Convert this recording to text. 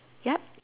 yup